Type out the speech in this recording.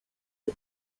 the